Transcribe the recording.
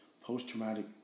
post-traumatic